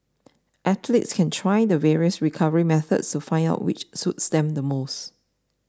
athletes can try the various recovery methods to find out which suits them the most